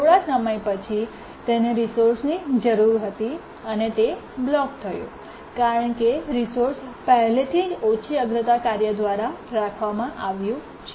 થોડા સમય પછી તેને રિસોર્સની જરૂર હતી અને તે બ્લોક થયું કારણ કે રિસોર્સ પહેલેથી જ ઓછી અગ્રતા કાર્ય દ્વારા રાખવામાં આવ્યું છે